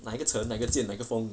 哪个陈哪个键哪个锋